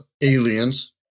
aliens